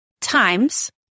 times